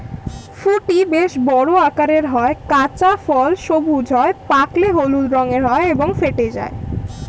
ফুটি বেশ বড় আকারের হয়, কাঁচা ফল সবুজ হয়, পাকলে হলুদ রঙের হয় এবং ফেটে যায়